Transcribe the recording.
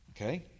Okay